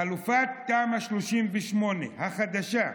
חלופת תמ"א 38 החדשה,